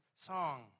song